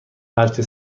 هرچه